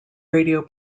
radio